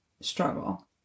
struggle